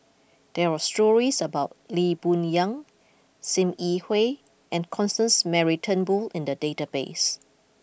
there are stories about Lee Boon Yang Sim Yi Hui and Constance Mary Turnbull in the database